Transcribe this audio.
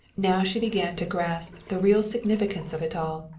now she began to grasp the real significance of it all,